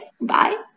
Bye